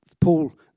Paul